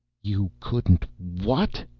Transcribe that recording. you couldn't what?